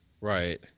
Right